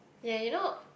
ya you know